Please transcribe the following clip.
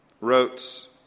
wrote